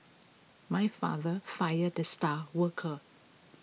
my father fired the star worker